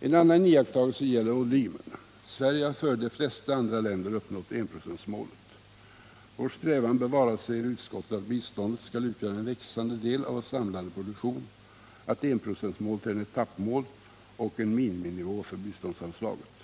En annan iakttagelse gäller volymen. Sverige har före de flesta andra länder uppnått enprocentsmålet. Vår strävan bör vara, säger utskottet, att biståndet skall utgöra en växande del av vår samlade produktion. Vidare sägs att enprocentsmålet är ett etappmål och en miniminivå för biståndsanslaget.